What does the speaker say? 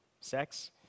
Sex